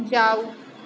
जाउ